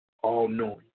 all-knowing